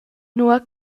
nua